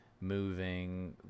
moving